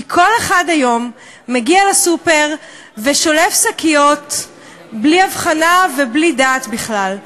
כי כל אחד היום מגיע לסופר ושולף שקיות בלי הבחנה ובלי דעת בכלל,